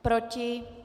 Proti?